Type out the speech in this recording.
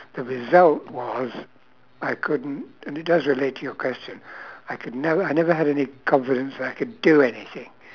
the result was I couldn't and it does relate to your question I could never I never had any confidence that I could do anything